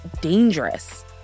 dangerous